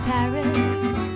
Paris